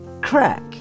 Crack